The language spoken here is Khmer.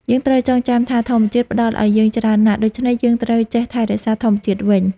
យើងត្រូវចងចាំថាធម្មជាតិផ្តល់ឱ្យយើងច្រើនណាស់ ដូច្នេះយើងត្រូវចេះថែរក្សាធម្មជាតិវិញ។